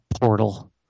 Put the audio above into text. portal